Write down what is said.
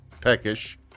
peckish